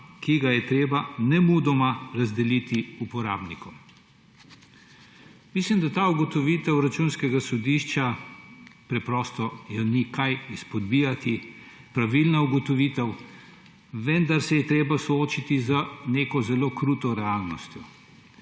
ki ga je treba nemudoma razdeliti uporabnikom.« Mislim, da te ugotovitve Računskega sodišča preprosto ni v ničemer izpodbijati, je pravilna ugotovitev, vendar se je treba soočiti z neko zelo kruto realnostjo.